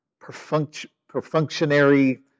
perfunctionary